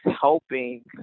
helping